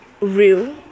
real